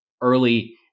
early